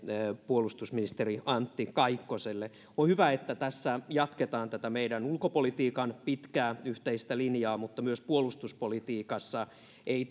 puolustusministeri antti kaikkoselle on hyvä että tässä jatketaan tätä meidän ulkopolitiikkamme pitkää yhteistä linjaa mutta myöskään puolustuspolitiikassa ei